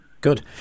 good